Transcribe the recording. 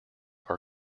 are